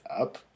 up